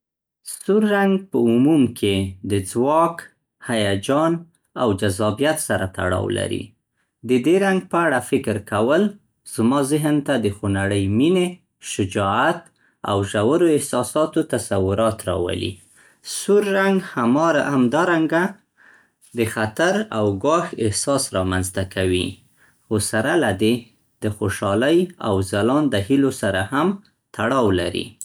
سور رنګ په عموم کې د ځواک، هیجان او جذابیت سره تړاو لري. د دې رنګ په اړه فکر کول، زما ذهن ته د خونړۍ مینې، شجاعت او ژورو احساساتو تصورات راولي. سور رنګ همارنګه - همدارنګه د خطر او ګواښ احساس رامنځته کوي، خو سره له دې د خوشحالۍ او ځلانده هیلو سره هم تړاو لري.